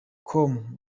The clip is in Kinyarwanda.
com